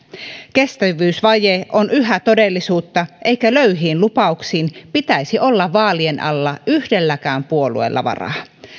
kestävyysvaje on yhä todellisuutta eikä löyhiin lupauksiin pitäisi olla vaalien alla yhdelläkään puolueella varaa